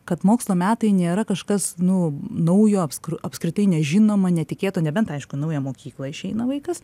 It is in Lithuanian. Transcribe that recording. kad mokslo metai nėra kažkas nu naujo apskru apskritai nežinoma netikėta nebent aišku naują mokyklą išeina vaikas